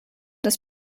das